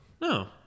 No